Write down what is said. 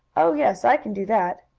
oh, yes, i can do that,